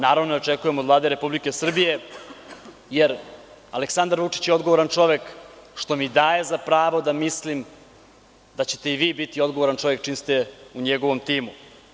Naravno, ne očekujem od Vlade Republike Srbije, jer Aleksandar Vučić je odgovoran čovek, što mi daje za pravo da mislim da ćete i vi biti odgovoran čovek čim ste u njegovom timu.